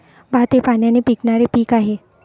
भात हे पाण्याने पिकणारे पीक आहे